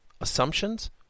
assumptions